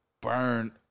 Burn